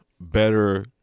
better